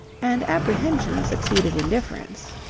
and apprehension succeeded indifference.